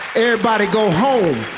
everybody go home.